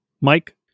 mike